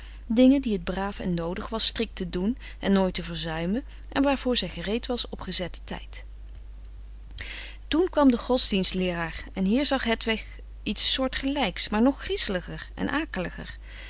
dingen die het braaf en noodig was strikt te doen en nooit te verzuimen en waarvoor zij gereed was op gezetten tijd toen kwam de godsdienstleeraar en hier zag hedwig iets soortgelijks maar nog griezeliger en akeliger